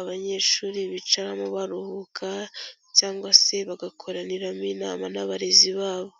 abanyeshuri bicaramo baruhuka cyangwa se bagakoraniramo inama n'abarezi babo.